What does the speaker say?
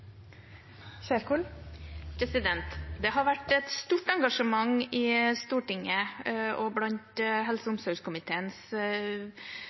blir replikkordskifte. Det har vært et stort engasjement i Stortinget og blant samtlige partier i helse- og